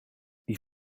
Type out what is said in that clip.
die